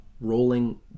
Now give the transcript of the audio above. rolling